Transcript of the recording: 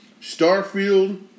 Starfield